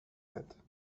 head